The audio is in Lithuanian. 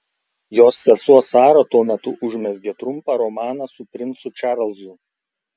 jos sesuo sara tuo metu užmezgė trumpą romaną su princu čarlzu